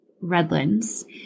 Redlands